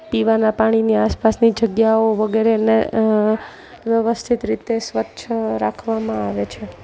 પીવાના પાણીની આસપાસની જગ્યાઓ વગેરેને વ્યવસ્થિત રીતે સ્વચ્છ રાખવામાં આવે છે